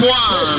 one